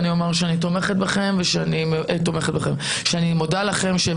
אני אקצר ואני אומר שאני מודה לכם שאתם